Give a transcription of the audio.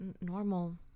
normal